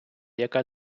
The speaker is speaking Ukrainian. яка